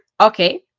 okay